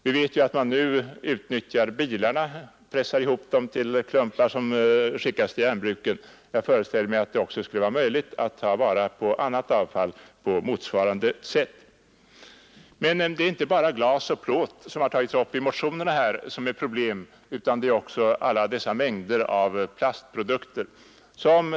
Vi vet ju att man nu utnyttjar de gamla bilarna, man pressar ihop dem till klumpar som skickas till järnbruken. Jag föreställer mig att det också skulle vara möjligt att ta vara på annat avfall på motsvarande sätt. Men det är inte bara avfall i form av glas och plåt som är problem, utan vi har också dessa mängder av plastprodukter.